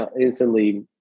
instantly